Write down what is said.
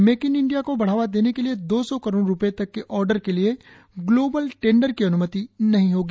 make in India को बढ़ावा देने के लिए दो सौ करोड़ रुपये तक के ऑर्डर के लिए ग्लोबल टेंडर की अन्मति नहीं होगी